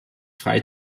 frei